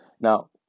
now